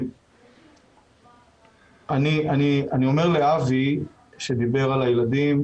אני אומר לאבי שדיבר על הילדים,